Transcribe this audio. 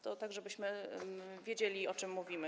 To tak, żebyśmy wiedzieli, o czym mówimy.